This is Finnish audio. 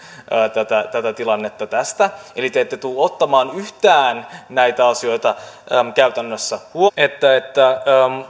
vielä kiristämään tätä tilannetta tästä eli te ette tule ottamaan yhtään huomioon näitä asioita käytännössä toinen asia on se että